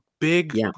big